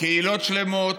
קהילות שלמות,